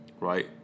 right